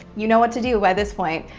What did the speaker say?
you know what to do by this point.